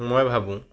মই ভাবো